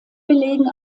belegen